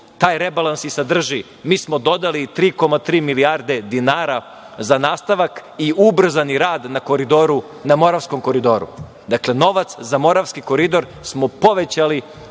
taj rebalans i sadrži, mi smo dodali 3,3 milijarde dinara za nastavak i ubrzani rad na Moravskom koridoru. Dakle, novac za Moravski koridor smo povećali